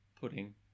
Pudding